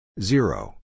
Zero